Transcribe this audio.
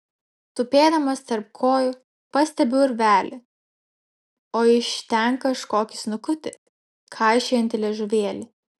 tupėdamas tarp kojų pastebiu urvelį o iš ten kažkokį snukutį kaišiojantį liežuvėlį